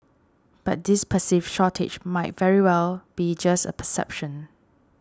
but this perceived shortage might very well be just a perception